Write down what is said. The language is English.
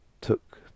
took